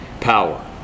power